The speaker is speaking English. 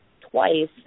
twice